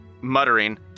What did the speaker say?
muttering